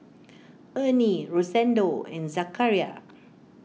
Ernie Rosendo and Zachariah